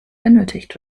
benötigt